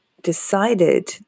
decided